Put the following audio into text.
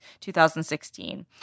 2016